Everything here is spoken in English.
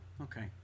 Okay